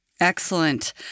Excellent